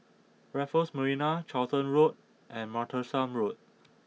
Raffles Marina Charlton Road and Martlesham Road